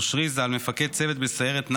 אושרי, מפקד צוות בסיירת נח"ל,